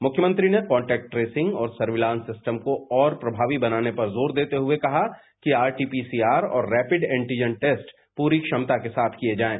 मुख्यमंत्री ने contact tracing और सर्वितांस सिस्ट को और प्रमावी बनाने पर जोर देते हुए कहा कि आरटीपीसीआर और रैपिड एंटीजन टेस्ट पूरी क्षमता के साथ किये जायें